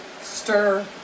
stir